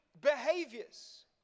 behaviors